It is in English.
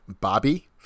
Bobby